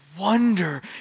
wonder